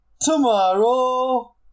Tomorrow